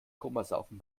komasaufen